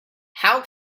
how